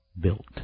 built